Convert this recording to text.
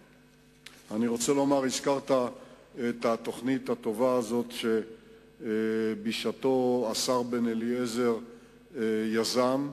הזכרת את התוכנית הטובה הזאת שהשר דאז בן-אליעזר יזם,